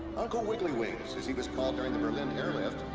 uncle wiggly wings, as he was called during the berlin airlift,